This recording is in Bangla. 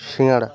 শিঙাড়া